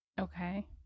Okay